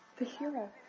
the hero.